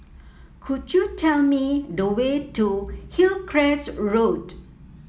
could you tell me the way to Hillcrest Road